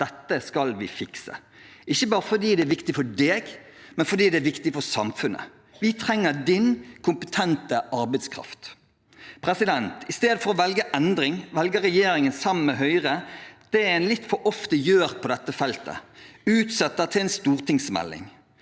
dette skal vi fikse, ikke bare fordi det er viktig for deg, men fordi det er viktig for samfunnet. Vi trenger din kompetente arbeidskraft. Istedenfor å velge endring velger regjeringen, sammen med Høyre, å gjøre det en litt for ofte gjør på dette feltet – utsetter til en stortingsmelding.